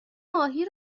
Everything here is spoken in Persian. ماهی